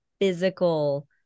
physical